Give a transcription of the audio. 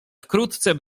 wkrótce